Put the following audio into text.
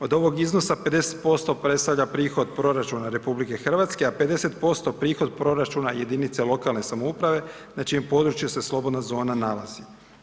Od ovog iznosa, 50% predstavlja prihod proračuna RH, a 50% prihod proračuna jedinice lokalne samouprave na čijem području se slobodna zona nalazi.